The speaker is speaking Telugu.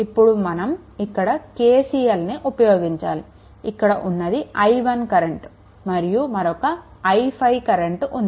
ఇప్పుడు మనం ఇక్కడ KCLని ఉపయోగించాలి ఇక్కడ ఉన్నది i1 కరెంట్ మరియు మరొక i5 కరెంట్ ఉంది